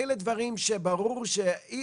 אני מתכבד לפתוח את ישיבת ועדת המשנה של ועדת הבריאות